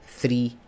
three